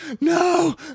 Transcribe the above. No